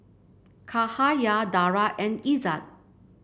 Cahaya Dara and Izzat